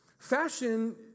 Fashion